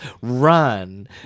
Run